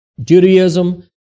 Judaism